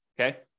okay